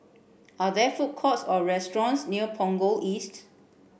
are there food courts or restaurants near Punggol East